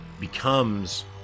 becomes